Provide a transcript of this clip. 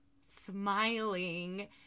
smiling